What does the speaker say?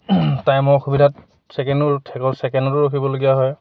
টাইমৰ অসুবিধাত ছেকেণ্ডো থ ছেকেণ্ডতো ৰখিবলগীয়া হয়